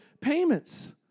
payments